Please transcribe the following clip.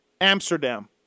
Amsterdam